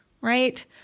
right